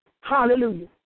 Hallelujah